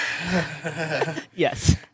Yes